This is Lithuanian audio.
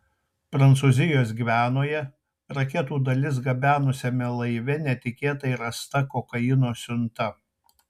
prancūzijos gvianoje raketų dalis gabenusiame laive netikėtai rasta kokaino siunta